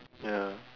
ya